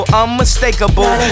unmistakable